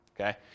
okay